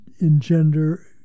engender